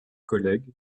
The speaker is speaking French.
collègue